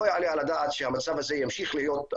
לא יעלה על הדעת שהמצב הזה ימשיך להיות.